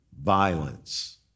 violence